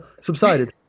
subsided